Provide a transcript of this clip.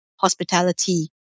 hospitality